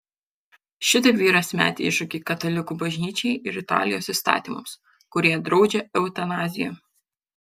šitaip vyras metė iššūkį katalikų bažnyčiai ir italijos įstatymams kurie draudžia eutanaziją